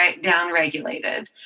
down-regulated